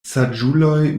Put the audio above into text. saĝuloj